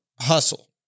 hustle